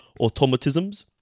automatisms